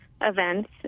events